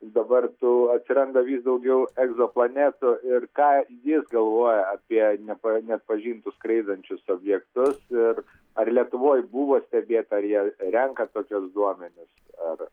dabar tų atsiranda vis daugiau egzoplanetų ir ką jis galvoja apie nepa neatpažintus skraidančius objektus ir ar lietuvoj buvo stebėta ar jie renka tokius duomenis ar